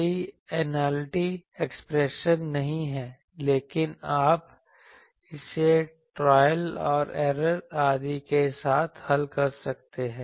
कई analytic expression नहीं हैं लेकिन आप इसे ट्रायल और ऐरर आदि के साथ हल कर सकते हैं